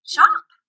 Shop